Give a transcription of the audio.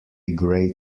great